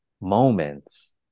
moments